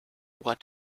what